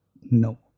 no